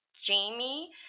Jamie